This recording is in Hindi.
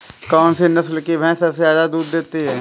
कौन सी नस्ल की भैंस सबसे ज्यादा दूध देती है?